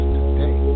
today